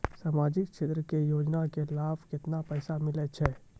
समाजिक क्षेत्र के योजना के लाभ मे केतना पैसा मिलै छै?